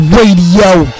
Radio